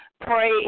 pray